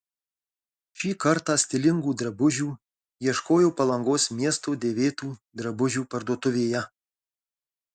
šį kartą stilingų drabužių ieškojo palangos miesto dėvėtų drabužių parduotuvėje